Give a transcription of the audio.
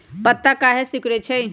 पत्ता काहे सिकुड़े छई?